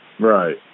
Right